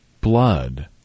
blood